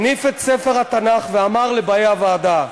הניף את ספר התנ"ך ואמר לבאי הוועדה: